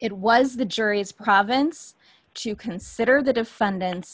it was the jury's province to consider the defendant's